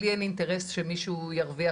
לי אין אינטרס שמישהו ירוויח,